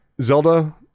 Zelda